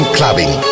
Clubbing